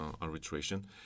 Arbitration